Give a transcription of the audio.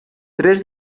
tres